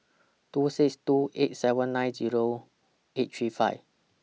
two six two eight seven nine Zero eight three five